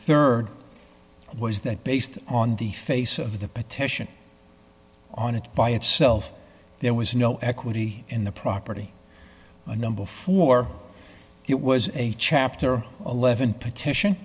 rd was that based on the face of the petition on it by itself there was no equity in the property and number four it was a chapter eleven petition